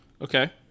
Okay